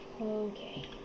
Okay